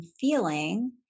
feeling